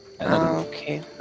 okay